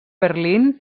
berlín